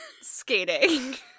skating